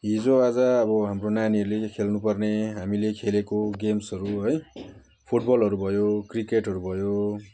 हिजोआज अब हाम्रो नानीहरूले यो खेल्नुपर्ने हामीले खेलेको गेम्सहरू है फुटबलहरू भयो क्रिकेटहरू भयो